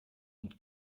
und